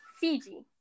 Fiji